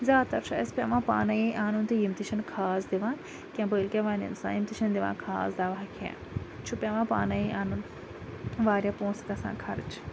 زیادٕ تَر چھُ اَسہِ پیٚوان پانے اَنُن تہٕ یِم تہِ چھِ نہٕ خاص دِوان کینٛہہ بٔل کیاہ وَنہ اِنسان یِم تہِ چھِنہٕ دِوان خاص دَوہہَ کینٛہہ چھُ پیٚوان پانے اَنُن واریاہ پونٛسہِ گَژھان خرٕچ